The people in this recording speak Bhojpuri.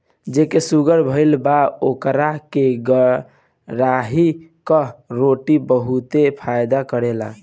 जेके शुगर भईल बा ओकरा के रागी कअ रोटी बहुते फायदा करेला